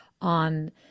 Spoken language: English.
on